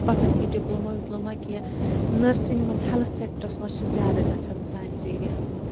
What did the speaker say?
پَرَن یِہٕے ڈِپلوما وِپلوما کینٛہہ نٔرسِنٛگ مَنٛز ہیٚلتھ سیٚکٹرس مَنٛز چھ زیادٕ گَژھان سٲنِس ایریَہَس مَنٛز